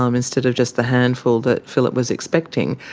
um instead of just the handful that phillip was expecting,